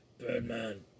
Birdman